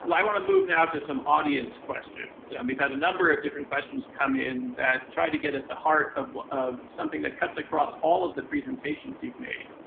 i want to move now to some audience questions. and we've had a number of different questions come in that try to get at the heart of of something that cuts across all of the presentations you've made,